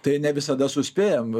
tai ne visada suspėjam